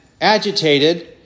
agitated